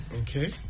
okay